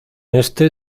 este